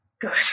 good